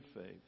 faith